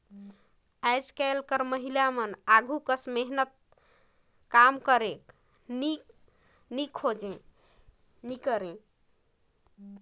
आएज काएल कर महिलामन आघु कस मेहनतदार काम करेक चाहबे नी करे